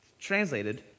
translated